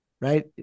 right